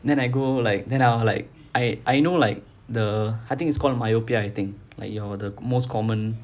then I go like then I was like I I know like the I think it's called myopia I think like your the most common